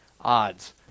odds